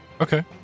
Okay